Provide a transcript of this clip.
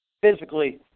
physically